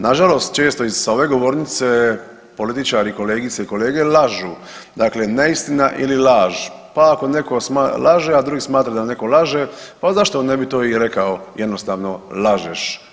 Nažalost često i sa ove govornice, političari i kolegice i kolege lažu, dakle neistina ili laž pa ako netko laže, a drugi smatra da netko laže, pa zašto ne bi to i rekao, jednostavno lažeš.